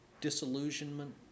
disillusionment